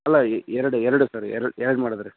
ಅಲ್ಲ ಎರಡು ಎರಡು ಸರ್ ಎರಡು ಎರಡು ಮಾಡಿದ್ರಿ